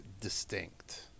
distinct